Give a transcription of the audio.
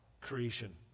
creation